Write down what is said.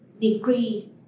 decrease